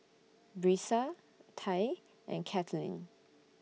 Brisa Tye and Katelyn